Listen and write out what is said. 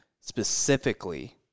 specifically